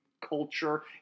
culture